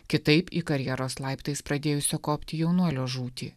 kitaip į karjeros laiptais pradėjusio kopti jaunuolio žūtį